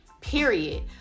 period